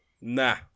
nah